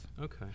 Okay